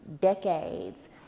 decades